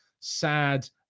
sad